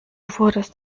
wurdest